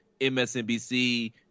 MSNBC